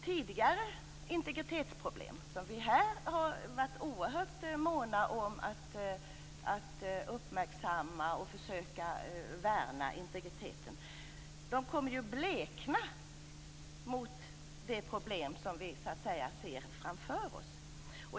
Tidigare integritetsproblem som vi här har varit oerhört måna om att uppmärksamma och där vi har försökt värna integriteten kommer att blekna mot de problem vi ser framför oss.